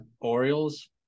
orioles